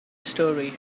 story